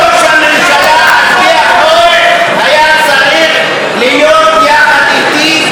ראש הממשלה על פי החוק היה צריך להיות יחד איתי.